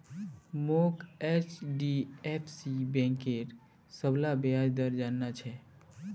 मोक एचडीएफसी बैंकेर सबला ब्याज दर जानना छ